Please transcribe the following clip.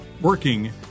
working